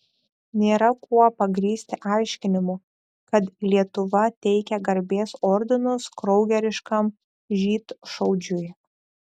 nėra kuo pagrįsti aiškinimų kad lietuva teikia garbės ordinus kraugeriškam žydšaudžiui